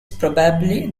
probably